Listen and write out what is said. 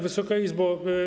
Wysoka Izbo!